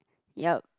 yep